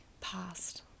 past